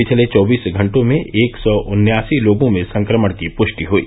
पिछले चौबीस घंटों में एक सौ उन्यासी लोगों में संक्रमण की पृष्टि हयी